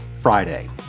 Friday